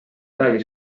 peagi